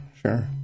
sure